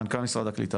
מנכ"ל משרד הקליטה